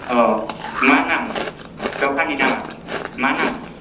औ मा नाम दखाननि नामा मा नाम